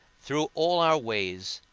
through all our ways,